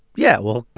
yeah, well,